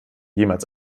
jemals